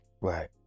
Right